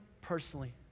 personally